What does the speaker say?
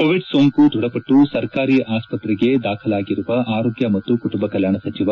Covid ಸೋಂಕು ದೃಢಪಟ್ಟು ಸರ್ಕಾರಿ ಆಸ್ಪತ್ರೆಗೆ ದಾಖಲಾಗಿರುವ ಆರೋಗ್ಯ ಮತ್ತು ಕುಟುಂಬ ಕಲ್ಕಾಣ ಸಚಿವ